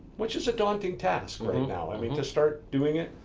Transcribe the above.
which is a daunting task right and now. i mean to start doing it,